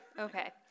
Okay